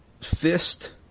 fist